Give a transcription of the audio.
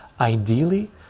Ideally